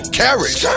carriage